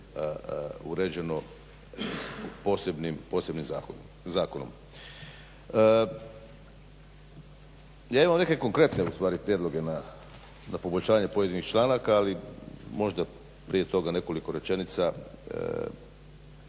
uređeno posebnim zakonom. Ja imam neke konkretne ustvari prijedloge za poboljšanje pojedinih članaka ali možda prije toga nekoliko rečenica.